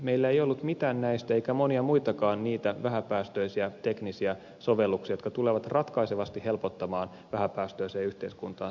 meillä ei ollut mitään näistä eikä monia muitakaan niitä vähäpäästöisiä teknisiä sovelluksia jotka tulevat ratkaisevasti helpottamaan vähäpäästöiseen yhteiskuntaan siirtymistä